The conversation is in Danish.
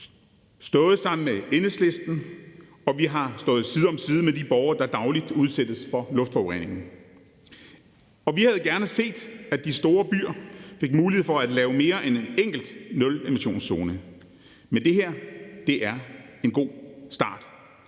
stået sammen med Enhedslisten, og vi har stået side om side med de borgere, der dagligt udsættes for luftforurening. Vi havde gerne set, at de store byer fik mulighed for at lave mere end en enkelt nulemissionszone, men det her er en god start,